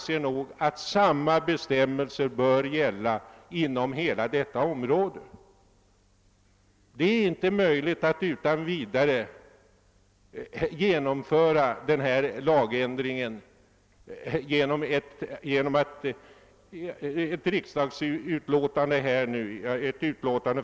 Samma bestämmelser bör gälla inom hela detta område, men det är inte möjligt att utan vidare genomföra en sådan lagändring utan att nödvändiga utredningar först blivit utförda.